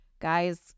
Guys